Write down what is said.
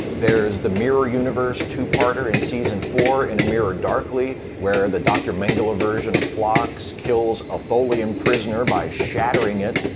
there's the mirror universe two-parter in season four, in a mirror, darkly, where the dr. mengele version of phlox kills a tholian prisoner by shattering it.